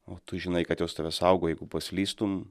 o tu žinai kad jos tave saugo jeigu paslystum